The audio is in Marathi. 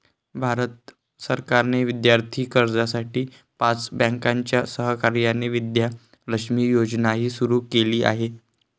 भारत सरकारने विद्यार्थी कर्जासाठी पाच बँकांच्या सहकार्याने विद्या लक्ष्मी योजनाही सुरू केली आहे